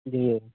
जी